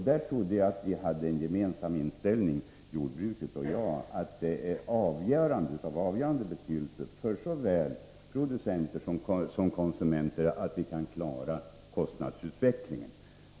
Där trodde jag att jordbruksnäringen och jag hade den gemensamma inställningen, att det är av avgörande betydelse för såväl producenter som konsumenter att vi kan klara kostnadsutvecklingen.